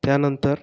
त्यानंतर